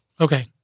Okay